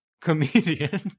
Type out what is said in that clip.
comedian